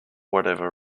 whatever